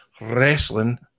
wrestling